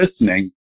listening